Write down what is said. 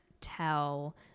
tell